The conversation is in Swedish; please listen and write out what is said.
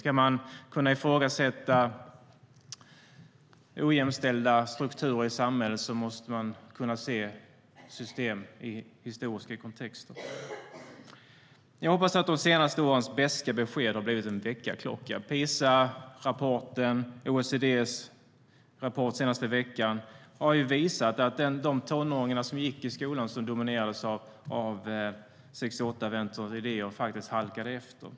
Ska man kunna ifrågasätta ojämställda strukturer i samhället måste man kunna se system i historiska kontexter. Jag hoppas att de senaste årens beska besked har blivit en väckarklocka. PISA-rapporten och OECD:s rapport senaste veckan har visat att de tonåringar som gick i skolan som dominerades av 68-vänsterns idéer halkade efter.